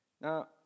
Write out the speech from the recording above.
Now